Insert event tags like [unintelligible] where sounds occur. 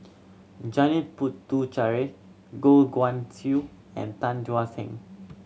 Janil Puthucheary Goh Guan Siew and Tan Thuan [unintelligible]